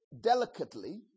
delicately